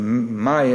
במאי,